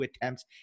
attempts